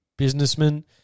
Businessman